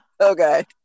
Okay